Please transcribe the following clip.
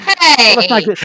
Hey